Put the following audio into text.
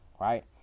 right